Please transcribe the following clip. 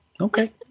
Okay